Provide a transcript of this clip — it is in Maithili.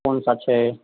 कौन सा छै